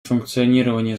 функционирование